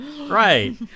right